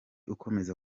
ukomeza